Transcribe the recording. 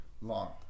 Long